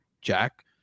Jack